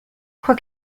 what